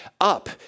up